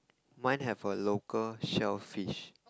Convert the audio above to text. mine have a local shellfish